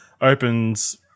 Opens